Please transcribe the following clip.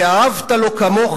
ואהבת לו כמוך,